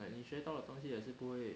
like 你学到了东西还是不会